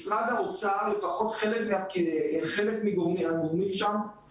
משרד האוצר, לפחות חלק מהגורמים שם,